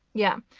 yeah.